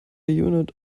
unit